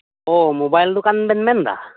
ᱚᱻ ᱢᱚᱵᱟᱭᱤᱞ ᱫᱚᱠᱟᱱ ᱵᱮᱱ ᱢᱮᱱᱫᱟ